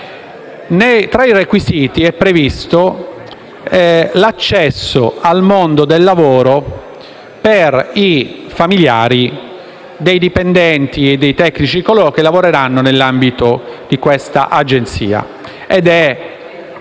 Tra i requisiti è previsto l'accesso al mondo del lavoro per i familiari dei dipendenti e dei tecnici che lavoreranno nell'ambito dell'Agenzia.